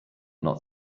not